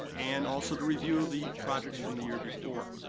and also to review the projects from the year before.